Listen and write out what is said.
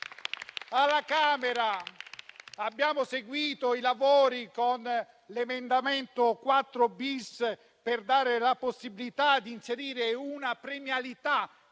alla Camera abbiamo seguito i lavori con l'emendamento 4-*bis*, per dare la possibilità di inserire una premialità